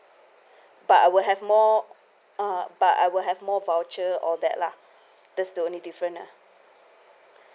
but I will have more uh but I will have more voucher all that lah that's the only different ah